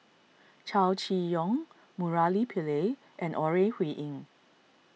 Chow Chee Yong Murali Pillai and Ore Huiying